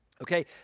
Okay